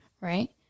Right